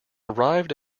arrived